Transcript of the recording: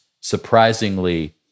surprisingly